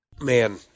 Man